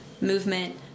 movement